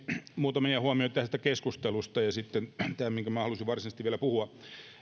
muutamia huomioita tästä keskustelusta ja sitten tämä minkä minä halusin varsinaisesti vielä puhua